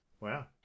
Wow